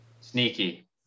sneaky